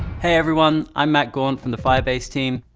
hey, everyone. i'm matt gaunt from the firebase team.